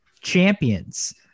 champions